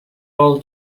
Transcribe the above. all